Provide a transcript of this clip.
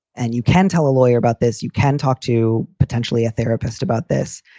and you can tell a lawyer about this, you can talk to potentially a therapist about this.